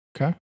okay